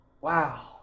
Wow